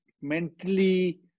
mentally